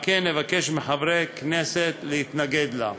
על כן, נבקש מחברי הכנסת להתנגד לה.